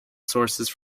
sources